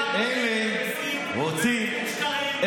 אלה רוצים, הבן אדם מסית, אומר שקרים.